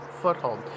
foothold